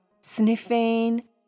sniffing